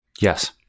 Yes